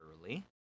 early